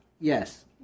yes